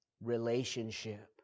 relationship